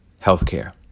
Healthcare